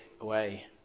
away